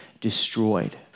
destroyed